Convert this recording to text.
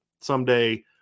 someday